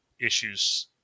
issues